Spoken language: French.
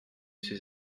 ses